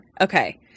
Okay